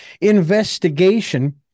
investigation